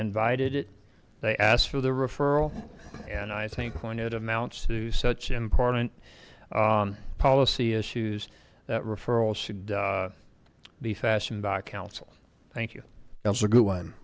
invited it they asked for the referral and i think when it amounts to such important policy issues that referral should be fashioned by counsel thank you it was a good one